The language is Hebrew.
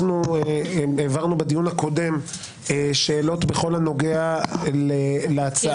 העברנו בדיון הקודם שאלות בכל הנוגע להצעה.